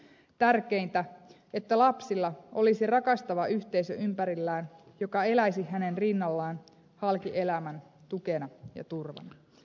tärkeintä on että lapsilla olisi ympärillään rakastava yhteisö joka eläisi hänen rinnallaan halki elämän tukena ja turvana